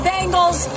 Bengals